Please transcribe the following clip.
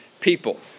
people